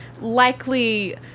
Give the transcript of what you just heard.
likely